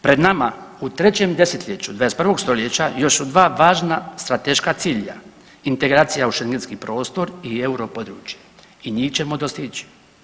Pred nama u trećem 10-ljeću 21. stoljeća još su dva važna strateška cilja, integracija u šengenski prostor i Euro područje i njih ćemo dostići.